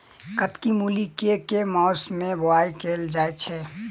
कत्की मूली केँ के मास मे बोवाई कैल जाएँ छैय?